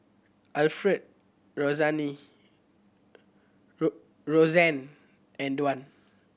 Alfred Roseanne and Dwan